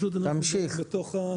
אדוני היושב-ראש,